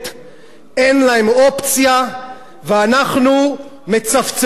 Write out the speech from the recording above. אין להם אופציה, ואנחנו מצפצפים עליהם.